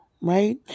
right